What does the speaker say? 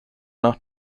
nach